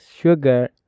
sugar